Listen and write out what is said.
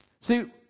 See